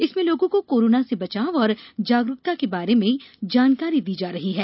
इसमें लोगों को कोरोना से बचाव और जागरूकता के बारे में जानकारी दी जा रही है